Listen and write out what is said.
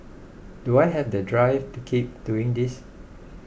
do I have the drive to keep doing this